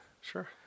Sure